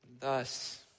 Thus